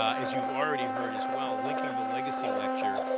as you've already heard as well, linking the legacy lecture